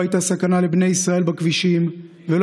אילו הייתה סכנה לבני ישראל בכבישים ולא